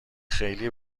خیلی